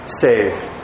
saved